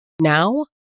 now